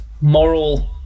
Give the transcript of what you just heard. moral